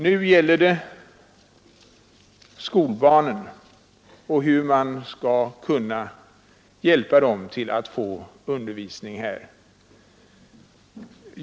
Nu gäller det skolbarnen och hur man skall kunna hjälpa dem så att de får undervisning i simning.